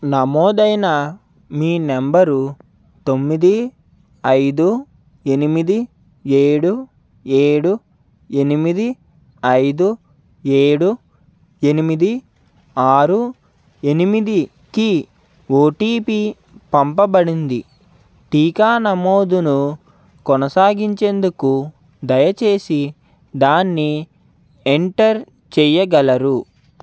నమోదైన మీ నెంబరు తొమ్మిది ఐదు ఎనిమిది ఏడు ఏడు ఎనిమిది ఐదు ఏడు ఎనిమిది ఆరు ఎనిమిదికి ఓటీపి పంపబడింది టీకా నమోదును కొనసాగించేందుకు దయచేసి దాన్ని ఎంటర్ చెయ్యగలరు